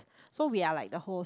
so we're like the host